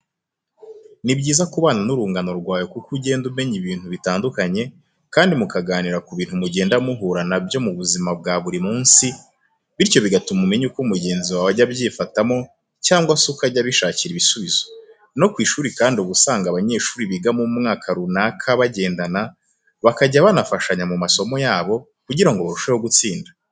Ni byiza kubana n'urungano rwawe kuko ugenda umenya ibintu bitandukanye kandi mukaganira ku bintu mugenda muhura na byo mu buzima bwa buri munsi, bityo bigatuma umenya uko mugenzi wawe ajya abyifatamo cyangwa se uko ahya abishakira ibisubizo. No ku ishuri kandi uba usanga abanyeshuri biga mu mwaka runaka bagendana bakajya banafashanya mu masomo yabo kugira ngo barusheho gutsinda.